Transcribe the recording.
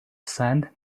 sand